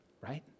right